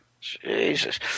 Jesus